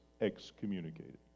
excommunicated